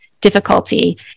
difficulty